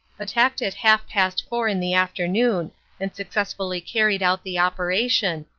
attacked at half past four in the afternoon and successfully carried out the operation,